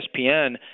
ESPN